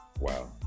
Wow